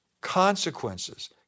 Consequences